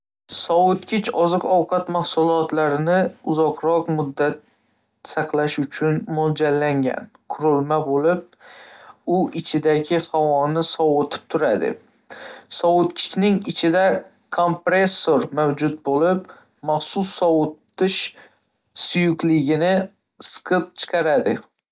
Sovutgich oziq-ovqat mahsulotlarini uzoqroq muddat saqlash uchun mo'ljallangan qurilma bo‘lib, u ichidagi havoni sovitib turadi. Sovutgichning ichida kompressor mavjud bo‘lib, maxsus sovutish suyuqligini siqib chiqaradi.